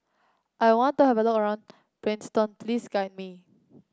I want to have a look around Kingston please guide me